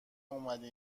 اومدی